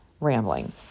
rambling